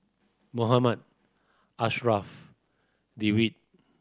Muhammad Ashraff Dewi